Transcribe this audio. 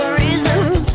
reasons